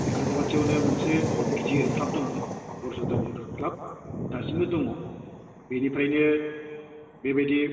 बे खायजामाथियावनो मोनसे गिदिर ख्लाब दंमोन घरसादा भटार ख्लाब दासिमबो दङ बेनिफ्रायनो बेबायदि